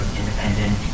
independent